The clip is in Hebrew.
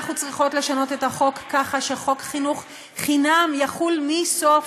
אנחנו צריכות לשנות את החוק ככה שחוק חינוך חינם יחול מסוף